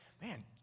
man